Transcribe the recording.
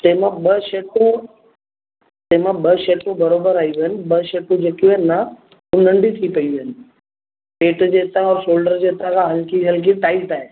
जंहिं मां ॿ शर्टूं जे मां ॿ शर्टूं बराबरि आयूं आहिनि ॿ शर्टूं जेकियूं आहिनि न हू नंढी थी पेयूं आहिनि पेट जे हितां ऐं शोल्डर जे हितां खां हल्की हल्की टाइट आहे